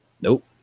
Nope